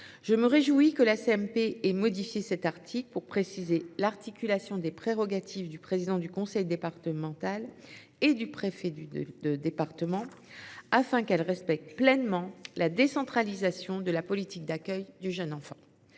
mixte paritaire ait modifié cet article pour préciser l’articulation des prérogatives du président du conseil départemental et du préfet de département, afin qu’elles respectent pleinement la décentralisation de la politique d’accueil du jeune enfant.